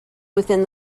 within